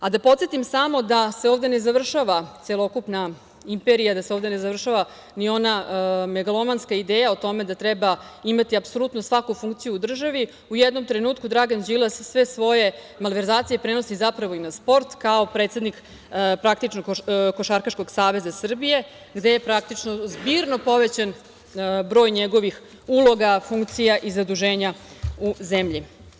Da podsetim samo da se ovde ne završava celokupna imperija, da se ovde ne završava ni ona megalomanska ideja o tome da treba imati apsolutno svaku funkciju u državi, u jednom trenutku Dragan Đilas sve svoje malverzacije prenosi zapravo i na sport, kao predsednik Košarkaškog saveza Srbije, gde je zbirno povećan broj njegovih uloga, funkcija i zaduženja u zemlji.